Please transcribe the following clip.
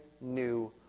new